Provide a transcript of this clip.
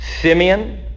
Simeon